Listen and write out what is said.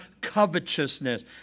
covetousness